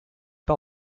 pas